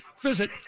visit